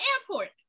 airport